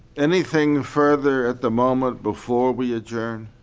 anything further at the moment before we adjourn?